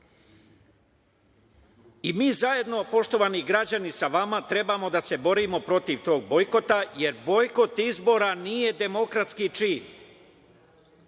zajedno, poštovani građani, sa vama trebamo da se borimo protiv tog bojkota, jer bojkot izbora nije demokratski čin.